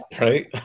right